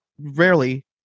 rarely